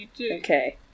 Okay